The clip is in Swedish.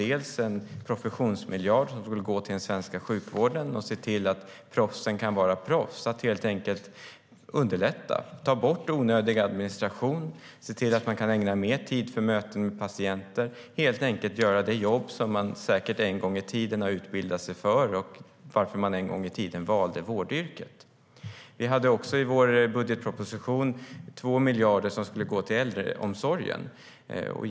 En professionsmiljard skulle gå till den svenska sjukvården för att se till att proffsen kan vara proffs. Den skulle underlätta genom att ta bort onödig administration och se till att man kan ägna mer tid åt möten med patienter - helt enkelt göra det jobb som man en gång i tiden har utbildats för och som var anledningen till att man valde vårdyrket.I vår budgetproposition hade vi också 2 miljarder som skulle gå till äldreomsorgen.